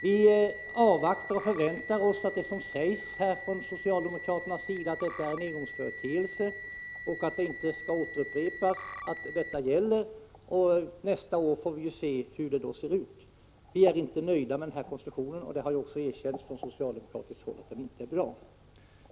Vi avvaktar, och vi förväntar oss att det som här sägs från socialdemokraternas sida att detta är en engångsföreteelse som inte skall upprepas kommer att gälla. Nästa år får vi se hur det hela ser ut. Vi är inte nöjda med den nuvarande konstruktionen. Det har också erkänts från socialdemokratiskt håll att den inte är bra.